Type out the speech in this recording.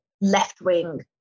left-wing